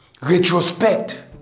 retrospect